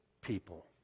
people